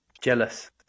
Jealous